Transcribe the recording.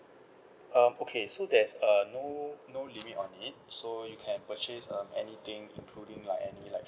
um okay so there's uh no no limit on it so you can purchase um anything including like any like